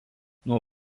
nuo